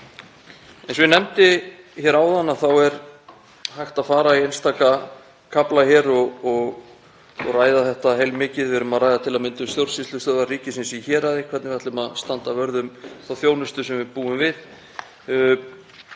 Eins og ég nefndi áðan er hægt að fara í einstaka kafla og ræða þetta heilmikið. Við erum til að mynda að ræða stjórnsýslustöðvar ríkisins í héraði, hvernig við ætlum að standa vörð um þá þjónustu sem við búum við.